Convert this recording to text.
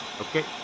okay